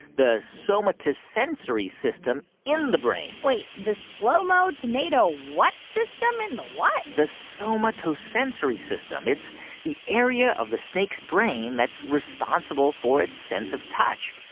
the somatosensory system in the brain wait, the slo-mo tomato what system in the what? the so somatosensory system. it's the area of the snake's brain that's responsible for its sense of touch.